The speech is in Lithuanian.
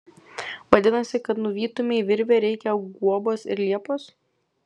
vadinasi kad nuvytumei virvę reikia guobos ir liepos